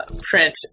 print